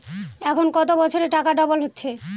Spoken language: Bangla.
এখন কত বছরে টাকা ডবল হচ্ছে?